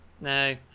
No